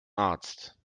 arzt